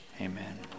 Amen